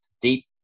deep